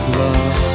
love